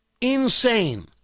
insane